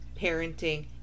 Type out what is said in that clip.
parenting